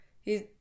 he's-